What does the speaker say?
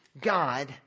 God